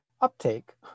uptake